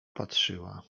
patrzyła